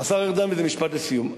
השר ארדן, וזה משפט לסיום.